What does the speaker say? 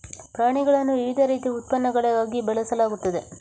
ಪ್ರಾಣಿಗಳನ್ನು ವಿವಿಧ ರೀತಿಯ ಉತ್ಪನ್ನಗಳಿಗಾಗಿ ಬೆಳೆಸಲಾಗುತ್ತದೆ